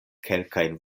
kelkajn